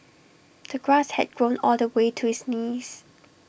the grass had grown all the way to his knees